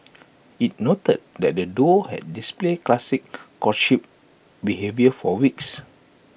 IT noted that the duo had displayed classic courtship behaviour for weeks